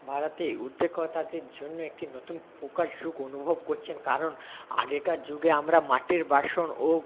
ভারতে উদ্যোক্তাদের জন্য একটি নতুন প্রকাশক অনুভব করছেন কারণ আগেকার যুগে আমরা মাটির বাসন ও